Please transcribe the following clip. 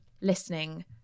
listening